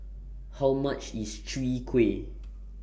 How much IS Chwee Kueh